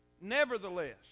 nevertheless